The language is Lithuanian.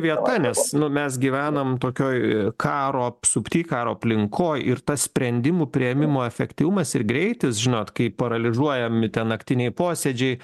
vieta nes nu mes gyvenam tokioj karo apsupty karo aplinkoj ir tas sprendimų priėmimo efektyvumas ir greitis žinot kai paralyžiuojami ten naktiniai posėdžiai